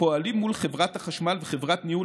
ופועלים מול חברת החשמל וחברת ניהול